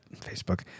Facebook